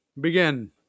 begin